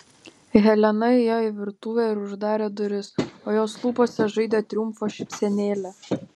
helena įėjo į virtuvę ir uždarė duris o jos lūpose žaidė triumfo šypsenėlė